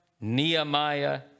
Nehemiah